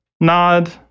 nod